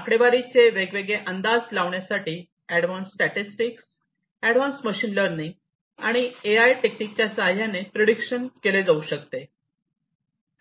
आकडेवारीचे वेगवेगळे अंदाज लावण्यासाठी advance statistics advance machine learning आणि एआय टेक्निकच्या सहाय्याने प्रीडीक्शन केले जाऊ शकते